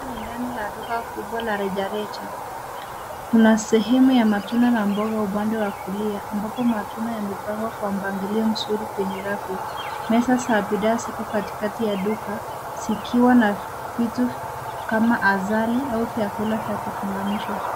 Hapa ni ndani la duka kubwa la reja reja . Kuna sehemu ya matunda na mboga upande wa kulia ambapo matunda yamepangwa kwa mpangilio mzuri kwenye rafu. Meza za bidhaa ziko katikati ya duka zikiwa na vitu kama azali ama vyakula vya kufunganishwa.